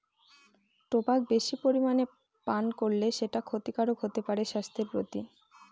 tobacco বেশি পরিমানে পান করলে সেটা ক্ষতিকারক হতে পারে স্বাস্থ্যের প্রতি